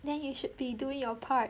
then you should be doing your part